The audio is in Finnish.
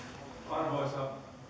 arvoisa